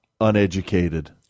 uneducated